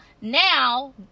Now